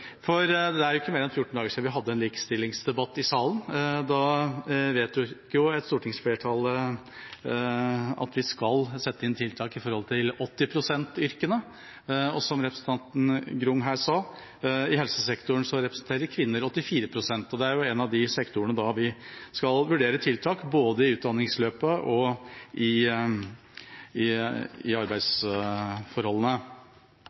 Det er ikke mer enn fjorten dager siden vi hadde en likestillingsdebatt i salen. Da vedtok et stortingsflertall at vi skal sette inn tiltak for 80 pst.-yrkene, og, som representanten Grung her sa, i helsesektoren representerer kvinner 84 pst. Det er en av de sektorene der vi skal vurdere tiltak både i utdanningsløpet og når det gjelder arbeidsforholdene.